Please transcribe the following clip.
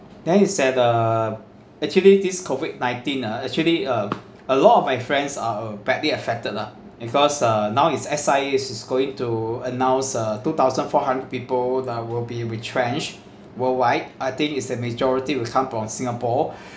then is at the actually this COVID nineteen ah actually uh a lot of my friends are badly affected lah because uh now is S_I_A is going to announce a two thousand four hundred people that will be retrenched worldwide I think is a majority will come from singapore